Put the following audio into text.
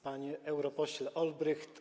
Panie Europośle Olbrycht!